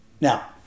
Now